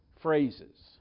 phrases